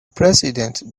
president